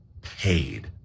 paid